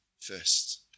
first